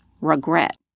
regret